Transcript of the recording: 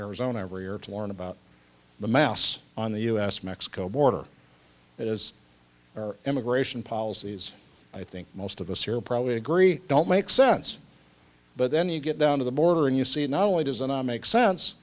to learn about the mouse on the us mexico border it is our immigration policies i think most of us here probably agree don't make sense but then you get down to the border and you see not only does and i make sense